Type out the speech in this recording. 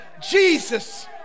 Jesus